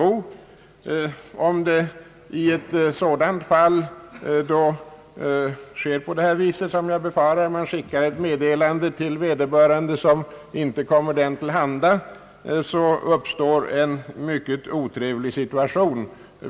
Om i ett sådant fall, som jag befarar, det skickas ett meddelande som inte kommer vederbörande till handa, uppstår en mycket otrevlig situation.